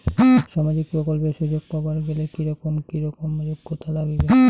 সামাজিক প্রকল্পের সুযোগ পাবার গেলে কি রকম কি রকম যোগ্যতা লাগিবে?